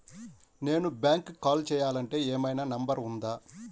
నేను బ్యాంక్కి కాల్ చేయాలంటే ఏమయినా నంబర్ ఉందా?